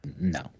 No